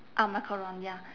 ah macaron ya